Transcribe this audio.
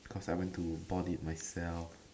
cause I went to bought it myself